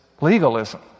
legalism